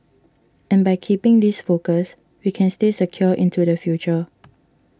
and by keeping this focus we can stay secure into the future